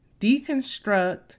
deconstruct